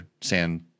sand